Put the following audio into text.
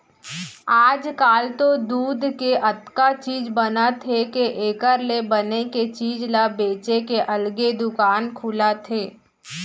आजकाल तो दूद के अतका चीज बनत हे के एकर ले बने चीज ल बेचे के अलगे दुकान खुलत हे